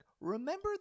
remember